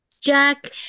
Jack